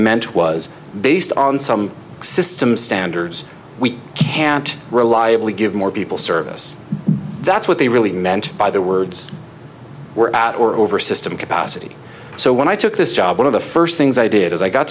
meant was based on some system standards we can't reliably give more people service that's what they really meant by the words were out or over system capacity so when i took this job one of the first things i did is i got